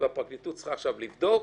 והפרקליטות צריכה לבדוק.